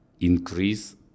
increase